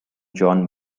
john